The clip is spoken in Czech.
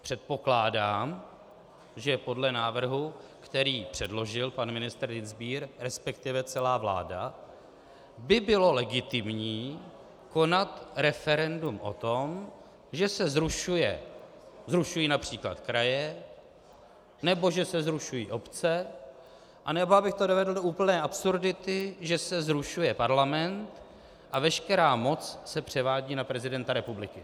Předpokládám, že podle návrhu, který předložil pan ministr Dienstbier, respektive celá vláda, by bylo legitimní konat referendum o tom, že se zrušují například kraje nebo že se zrušují obce, anebo, abych o dovedl do úplné absurdity, že se zrušuje Parlament a veškerá moc se převádí na prezidenta republiky.